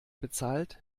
bezahlt